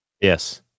Yes